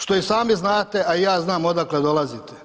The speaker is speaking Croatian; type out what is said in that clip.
Što i sami znate, a i ja znam odakle dolazite.